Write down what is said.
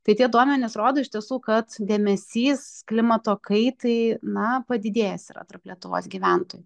tai tie duomenys rodo iš tiesų kad dėmesys klimato kaitai na padidėjęs yra tarp lietuvos gyventojų